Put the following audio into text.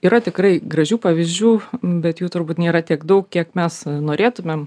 yra tikrai gražių pavyzdžių bet jų turbūt nėra tiek daug kiek mes norėtumėm